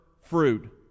fruit